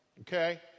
okay